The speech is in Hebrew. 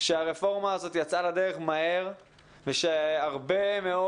שהרפורמה הזאת יצאה לדרך מהר ושהרבה מאוד